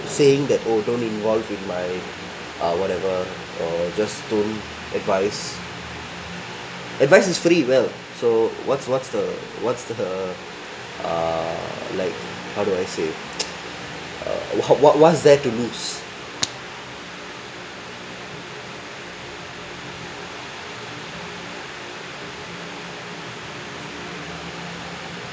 saying that oh don't involve in my ah whatever or just don't advice advice is free will so what's what's the what's the err like how do I say err wha~ what what's there to lose